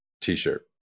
t-shirt